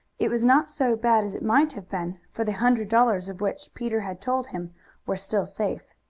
it was not so bad as it might have been, for the hundred dollars of which peter had told him were still safe.